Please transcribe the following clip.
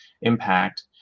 impact